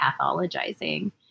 pathologizing